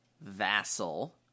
Vassal